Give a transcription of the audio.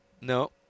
No